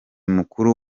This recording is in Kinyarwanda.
mukuru